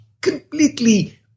completely